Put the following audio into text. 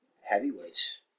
Heavyweights